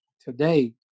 today